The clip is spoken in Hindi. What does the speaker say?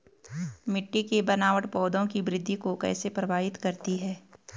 मिट्टी की बनावट पौधों की वृद्धि को कैसे प्रभावित करती है?